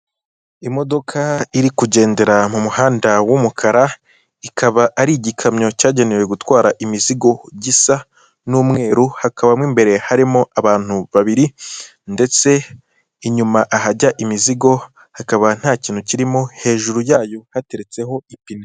Imodoka iri kugendera mu muhanda w'umukara, ikaba ari igikamyo cyagenewe gutwara imizigo gisa n'umweru, hakaba mo imbere harimo abantu babiri, ndetse inyuma ahajya imizigo hakaba nta kintu kirimo, hejuru yayo hateretseho ipine.